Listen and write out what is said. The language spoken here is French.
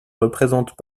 représentent